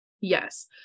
Yes